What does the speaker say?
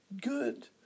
Good